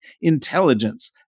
intelligence